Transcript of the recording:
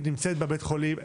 היא נמצאת בבית החולים.